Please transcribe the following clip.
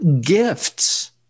gifts